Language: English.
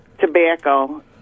tobacco